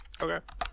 okay